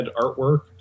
artwork